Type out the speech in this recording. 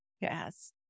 Yes